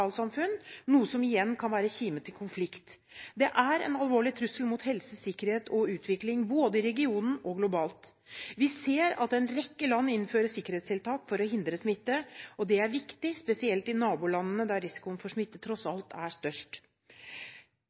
noe som igjen kan være kime til konflikt. Det er en alvorlig trussel mot helse, sikkerhet og utvikling både i regionen og globalt. Vi ser at en rekke land innfører sikkerhetstiltak for å hindre smitte. Det er viktig, spesielt i nabolandene, der risikoen for smitte tross alt er størst.